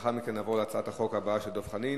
לאחר מכן נעבור להצבעה על הצעת חבר הכנסת דב חנין.